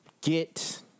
get